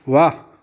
ਵਾਹ